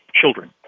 children